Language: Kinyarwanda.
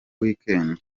weekend